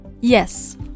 yes